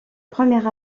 première